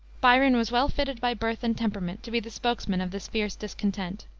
byron was well fitted by birth and temperament to be the spokesman of this fierce discontent.